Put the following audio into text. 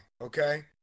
Okay